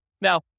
Now